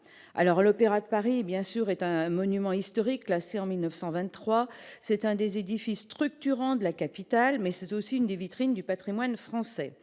l'Opéra de Paris bien sûr est un monument historique classé en 1923 c'est un des édifices structurant de la capitale, mais c'est aussi une des vitrines du Patrimoine français,